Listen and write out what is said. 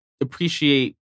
appreciate